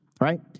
right